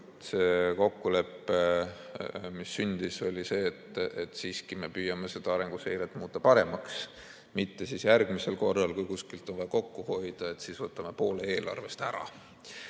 kokkulepe, mis sündis, oli see, et me püüame seda arenguseiret muuta paremaks, mitte nii, et järgmisel korral, kui kuskilt on vaja kokku hoida, siis võtame poole eelarvest ära.